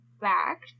back